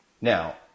Now